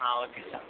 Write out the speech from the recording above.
ah okay sir